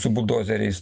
su buldozeriais